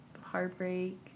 heartbreak